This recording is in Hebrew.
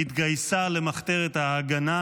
היא התגייסה למחתרת ההגנה,